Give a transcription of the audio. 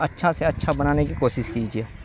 اچھا سے اچھا بنانے کی کوشش کیجیے